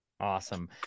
awesome